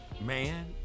Man